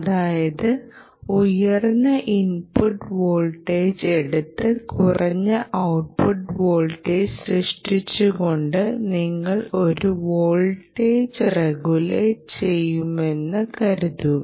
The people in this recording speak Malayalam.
അതായത് ഉയർന്ന ഇൻപുട്ട് വോൾട്ടേജ് എടുത്ത് കുറഞ്ഞ ഔട്ട്പുട്ട് വോൾട്ടേജ് സൃഷ്ടിച്ചുകൊണ്ട് നിങ്ങൾ ഒരു വോൾട്ടേജ് റഗുലേറ്റ് ചെയ്യുന്നുവെന്ന് കരുതുക